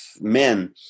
men